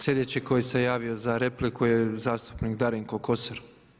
Sljedeći koji se javio za repliku je zastupnik Darinko Kosor.